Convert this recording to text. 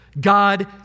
God